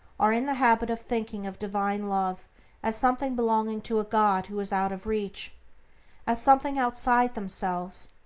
are in the habit of thinking of divine love as something belonging to a god who is out of reach as something outside themselves,